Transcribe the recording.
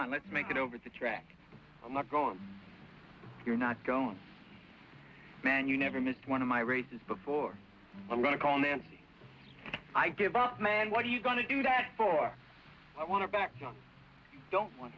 c'mon let's make it over the track i'm not going you're not going man you never missed one of my races before i'm gonna call nancy i give up man what are you going to do that for i want to back you don't want